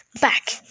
Back